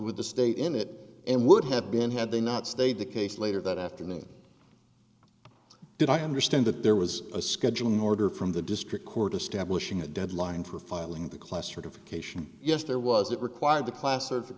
with the state in it and would have been had they not stated the case later that afternoon did i understand that there was a scheduling order from the district court establishing a deadline for filing the class or to cation yes there was it required the class